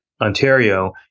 Ontario